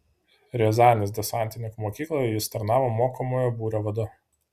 riazanės desantininkų mokykloje jis tarnavo mokomojo būrio vadu